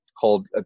called